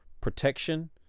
protection